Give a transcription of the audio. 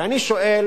ואני שואל